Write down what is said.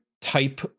type